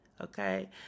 Okay